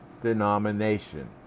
denomination